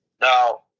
Now